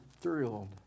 thrilled